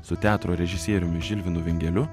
su teatro režisieriumi žilvinu vingeliu